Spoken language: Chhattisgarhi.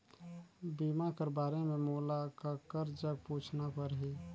बीमा कर बारे मे मोला ककर जग पूछना परही?